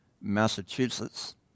Massachusetts